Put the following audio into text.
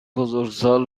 بزرگسال